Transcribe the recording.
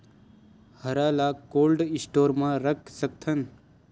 हरा ल cold store म रख सकथन?